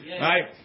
Right